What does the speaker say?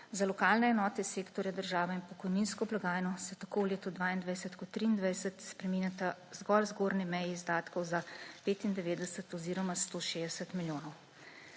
Za lokalne enote sektorja država in pokojninsko blagajno se tako v letu 2022 kot 2023 spreminjata zgolj zgornji meji izdatkov za 95 oziroma 160 milijonov.